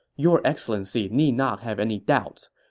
your excellency need not have any doubts.